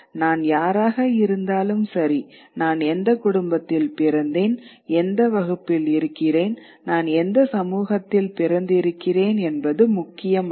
நான் யாராக இருந்தாலும் சரி நான் எந்த குடும்பத்தில் பிறந்தேன் எந்த வகுப்பில் இருக்கிறேன் நான் எந்த சமூகத்தில் பிறந்திருக்கிறேன் என்பது முக்கியமல்ல